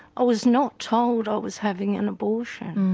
i was not told i was having an abortion.